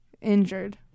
Injured